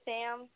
Sam